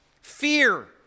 Fear